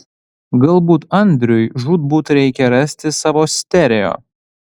galbūt andriui žūtbūt reikia rasti savo stereo